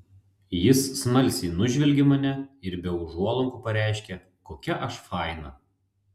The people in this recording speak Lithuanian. jis smalsiai nužvelgė mane ir be užuolankų pareiškė kokia aš faina